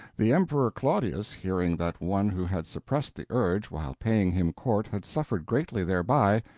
the emperor claudius, hearing that one who had suppressed the urge while paying him court had suffered greatly thereby,